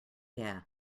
yeah